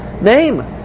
name